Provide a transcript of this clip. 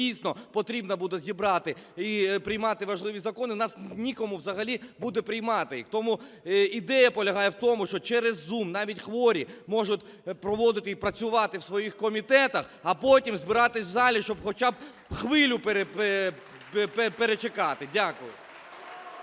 дійсно потрібно буде зібратися і приймати важливі закони, у нас нікому взагалі буде приймати їх. Тому ідея полягає в тому, що через Zoom навіть хворі можуть проводити і працювати в своїх комітетах, а потім збиратися у залі, щоб хоча б хвилю перечекати. Дякую.